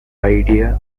idea